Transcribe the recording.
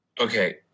Okay